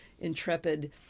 intrepid